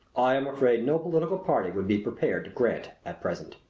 i am afraid no political party would be prepared to grant at present.